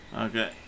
okay